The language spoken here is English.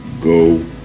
go